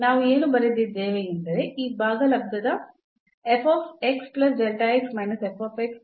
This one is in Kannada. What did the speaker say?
ನಾವು ಏನು ಬರೆದಿದ್ದೇವೆ ಎಂದರೆ ಈ ಭಾಗಲಬ್ಧದ ಅನ್ನು ನಾವು A ಪ್ಲಸ್ ಎಂದು ಬರೆಯಬಹುದು